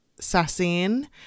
Sassine